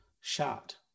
shot